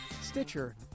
Stitcher